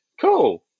Cool